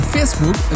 Facebook